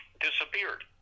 disappeared